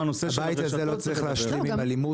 הבית הזה לא צריך להשלים עם אלימות.